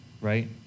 right